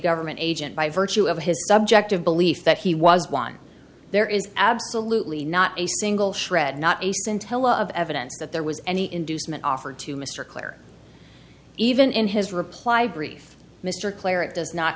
government agent by virtue of his subjective belief that he was why there is absolutely not a single shred not a scintilla of evidence that there was any inducement offered to mr clay or even in his reply brief mr claridge does not